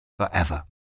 forever